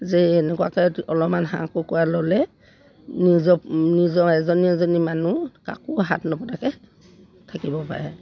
যে এনেকুৱাকৈ অলপমান হাঁহ কুকুৰা ল'লে নিজৰ নিজৰ এজনী এজনী মানুহ কাকো হাত নপতাকৈ থাকিব পাৰে